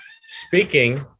speaking